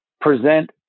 present